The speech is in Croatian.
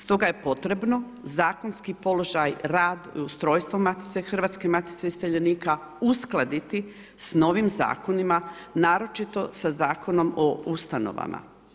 Stoga je potrebno zakonski položaj rad, ustrojstvo Hrvatske matice iseljenika uskladiti s novim zakonima, naročito sa Zakonom o ustanovama.